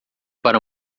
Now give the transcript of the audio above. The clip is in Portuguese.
para